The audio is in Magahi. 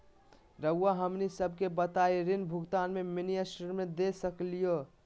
रहुआ हमनी सबके बताइं ऋण भुगतान में मिनी स्टेटमेंट दे सकेलू?